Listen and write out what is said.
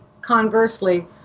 conversely